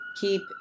keep